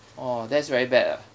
oh that's very bad ah